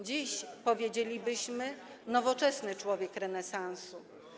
Dziś powiedzielibyśmy: nowoczesny człowiek renesansu.